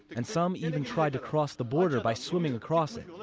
and some even try to cross the border by swimming across it.